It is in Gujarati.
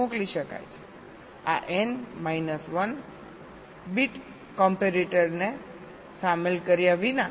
આ n બાદબાકી 1 બીટ કોમ્પેરેટર ને સામેલ કર્યા વિના